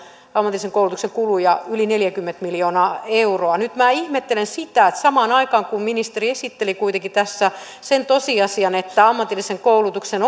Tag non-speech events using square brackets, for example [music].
ammatillisen koulutuksen kuluja yli neljäkymmentä miljoonaa euroa nyt minä ihmettelen sitä että samaan aikaan kun ministeri esitteli kuitenkin tässä sen tosiasian että ammatillisen koulutuksen [unintelligible]